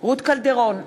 רות קלדרון,